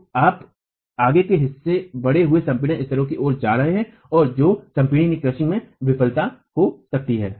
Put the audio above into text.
तो आप आगे का हिस्से बढ़े हुए संपीड़न स्तरों की ओर जा रहे हैं और जो संपीडन में विफल हो सकते हैं